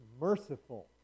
merciful